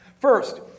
First